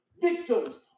victims